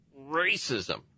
racism